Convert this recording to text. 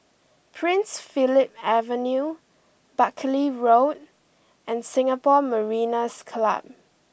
Prince Philip Avenue Buckley Road and Singapore Mariners' Club